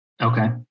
Okay